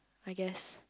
I guess